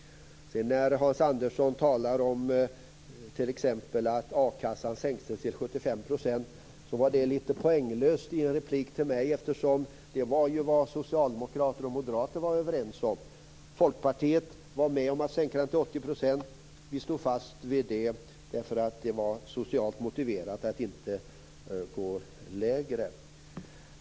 Hans Andersson talade om att t.ex. ersättningen i a-kassan sänktes till 75 %. Det är lite poänglöst i en replik till mig eftersom det var vad socialdemokrater och moderater var överens om. Folkpartiet var med om att sänka ersättningen till 80 %. Vi stod fast vid det eftersom det var socialt motiverat att inte gå lägre.